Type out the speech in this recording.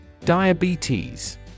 Diabetes